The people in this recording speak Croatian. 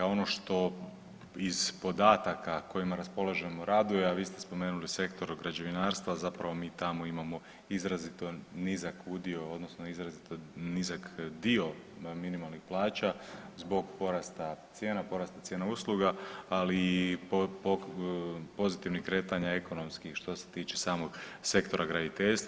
Ono što iz podataka kojima raspolažemo raduje, a vi ste spomenuli sektor građevinarstva zapravo mi tamo imamo izrazito nizak udio odnosno izrazito nizak dio minimalnih plaća zbog porasta cijena, porasta cijena usluga, ali i pozitivnih kretanja ekonomskih što se tiče samog sektora graditeljstva.